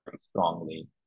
strongly